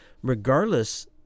Regardless